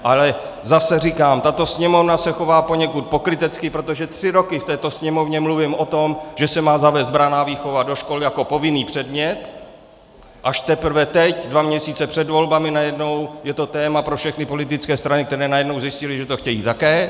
Ale zase říkám, tato Sněmovna se chová poněkud pokrytecky, protože tři roky v této Sněmovně mluvím o tom, že se má zavést branná výchova do škol jako povinný předmět a až teprve teď, dva měsíce před volbami, najednou je to téma pro všechny politické strany, které najednou zjistily, že to chtějí také.